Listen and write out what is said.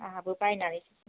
आंहाबो बायनानैसो फाननाय